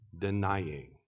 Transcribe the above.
denying